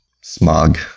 smog